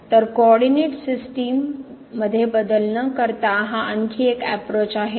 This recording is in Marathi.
तर कोऑरडीनेट सिस्टीम मध्ये बदल न करता हा आणखी एक अप्रोच आहे